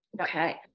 Okay